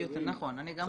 נכון, אני גם חושבת.